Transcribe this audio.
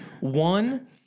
one